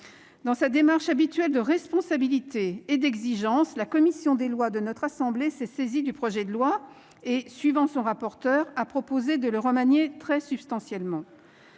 Dans sa démarche habituelle de responsabilité et d'exigence, la commission des lois de notre assemblée s'est saisie du projet de loi et, suivant son rapporteur, a proposé de le remanier très substantiellement.